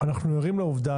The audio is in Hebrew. אנו ערים לעובדה